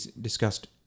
discussed